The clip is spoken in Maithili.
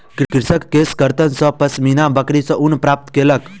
कृषक केशकर्तन सॅ पश्मीना बकरी सॅ ऊन प्राप्त केलक